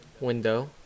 window